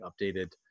updated